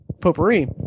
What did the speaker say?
potpourri